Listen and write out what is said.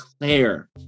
Claire